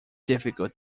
difficult